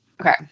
Okay